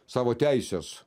savo teises